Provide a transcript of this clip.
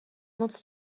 moc